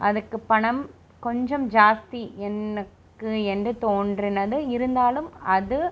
அதுக்குப் பணம் கொஞ்சம் ஜாஸ்தி என்னுக்கு என்று தோன்றினது இருந்தாலும் அது